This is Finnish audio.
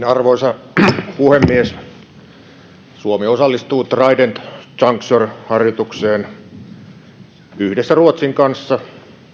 arvoisa puhemies suomi osallistuu trident juncture harjoitukseen yhdessä ruotsin kanssa